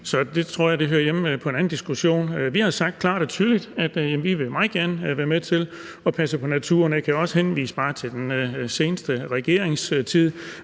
så det tror jeg hører hjemme i en anden diskussion. Vi har sagt klart og tydeligt, at vi meget gerne vil være med til at passe på naturen. Jeg kan også bare henvise til den seneste regeringstid,